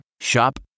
Shop